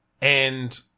and-